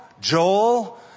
Joel